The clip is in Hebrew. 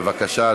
בבקשה,